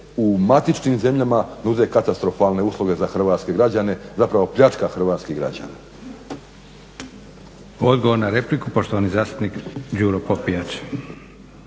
u matičnim zemljama nude katastrofalne usluge za hrvatske građane, zapravo pljačka hrvatskih građana. **Leko, Josip (SDP)** Odgovor na repliku, poštovani zastupnik Đuro Popijač.